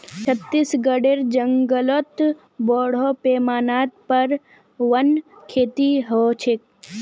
छत्तीसगढेर जंगलत बोरो पैमानार पर वन खेती ह छेक